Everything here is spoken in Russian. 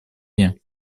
дня